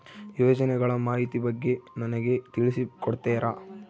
ಯೋಜನೆಗಳ ಮಾಹಿತಿ ಬಗ್ಗೆ ನನಗೆ ತಿಳಿಸಿ ಕೊಡ್ತೇರಾ?